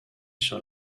sur